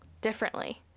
differently